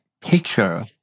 picture